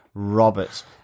Robert